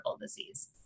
disease